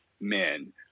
men